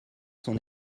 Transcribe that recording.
son